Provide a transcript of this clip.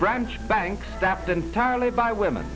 branch bank stepped entirely by women